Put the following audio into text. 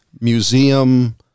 museum